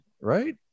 right